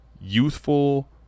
youthful